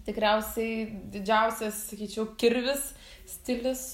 tikriausiai didžiausias sakyčiau kirvis stilius